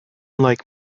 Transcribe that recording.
like